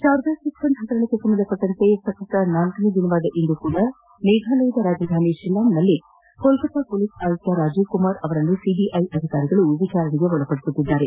Sharada chit fund ಹಗರಣಕ್ಕೆ ಸಂಬಂಧಿಸಿದಂತೆ ಸತತ ನಾಲ್ಲನೇ ದಿನವಾದ ಇಂದೂ ಸಹ ಮೇಘಾಲಯದ ಶಿಲ್ಲಾಂಗ್ನಲ್ಲಿ ಕೋಲ್ಕತ್ತಾ ಪೊಲೀಸ್ ಆಯುಕ್ತ ರಾಜೀವ್ ಕುಮಾರ್ ಅವರನ್ನು ಸಿಬಿಐ ಅಧಿಕಾರಿಗಳು ವಿಚಾರಣೆ ಮುಂದುವರಿದಿದೆ